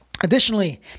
Additionally